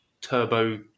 turbo